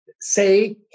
say